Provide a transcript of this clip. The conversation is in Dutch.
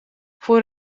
voor